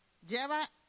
Lleva